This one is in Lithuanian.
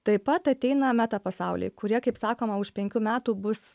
taip pat ateina meta pasauliai kurie kaip sakoma už penkių metų bus